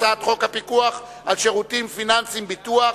הצעת חוק הפיקוח על שירותים פיננסיים (ביטוח)